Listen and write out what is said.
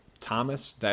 Thomas